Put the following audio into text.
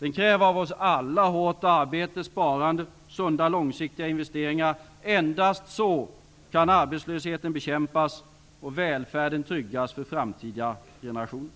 Den kräver av oss alla hårt arbete, sparande och sunda långsiktiga investeringar. Endast därigenom kan arbetslösheten bekämpas och välfärden tryggas för framtida generationer.